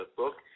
book